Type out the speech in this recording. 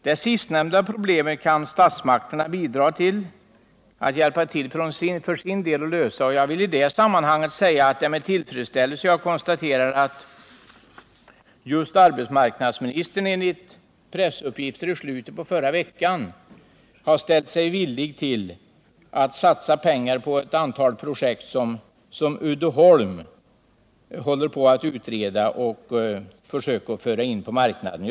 Det sistnämnda problemet kan statsmakterna för sin del bidra till att lösa. Jag kan i detta sammanhang med tillfredsställelse konstatera att just arbetsmarknadsministern, enligt pressuppgifter i slutet av förra veckan, har ställt sig villig att satsa pengar på ett antal projekt som Uddeholm håller på att utreda och försöker föra in på marknaden.